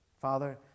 Father